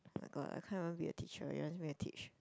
my god I can't even be a teacher you want me to teach